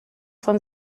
von